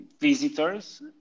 visitors